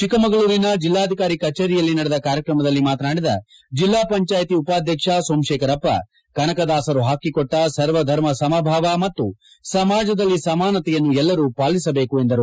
ಚಿಕ್ಕಮಗಳೂರಿನ ಜಿಲ್ಲಾಧಿಕಾರಿ ಕಚೇರಿಯಲ್ಲಿ ನಡೆದ ಕಾರ್ಯಕ್ರಮದಲ್ಲಿ ಮಾತನಾಡಿದ ಜಿಲ್ಲಾ ಪಂಚಾಯಿತಿ ಉಪಾಧ್ಯಕ್ಷ ಸೋಮತೇಖರಪ್ಪ ಕನಕದಾಸರು ಪಾಕಿಕೊಟ್ಟ ಸರ್ವಧರ್ಮ ಸಮಭಾವ ಮತ್ತು ಸಮಾಜದಲ್ಲಿ ಸಮಾನತೆಯನ್ನು ಎಲ್ಲರೂ ವಾಲಿಸಬೇಕು ಎಂದರು